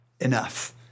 enough